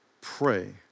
pray